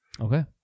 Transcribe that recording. Okay